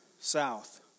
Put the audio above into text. south